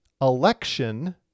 election